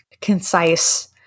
concise